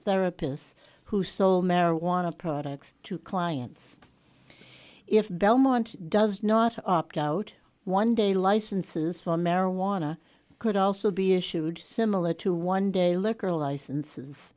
therapist who sold marijuana products to clients if belmont does not opt out one day licenses for marijuana could also be issued similar to one day liquor licenses